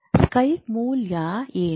ಸ್ಪೈಕ್ನ ಮೌಲ್ಯ ಏನು